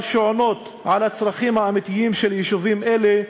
שעונות על הצרכים האמיתיים של יישובים אלה.